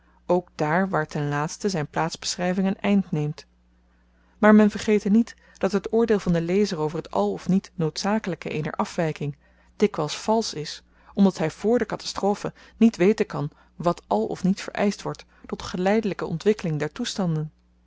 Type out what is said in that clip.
ook daar waar ten laatste zyn plaatsbeschryving een eind neemt maar men vergete niet dat het oordeel van den lezer over t al of niet noodzakelyke eener afwyking dikwyls valsch is omdat hy vr de katastrofe niet weten kan wat al of niet vereischt wordt tot geleidelyke ontwikkeling der toestanden